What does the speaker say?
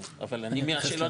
אני אתייחס